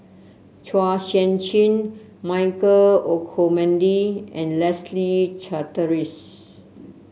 Chua Sian Chin Michael Olcomendy and Leslie Charteris